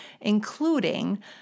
including